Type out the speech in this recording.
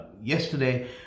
yesterday